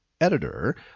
editor